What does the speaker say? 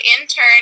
intern